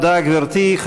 תודה, גברתי.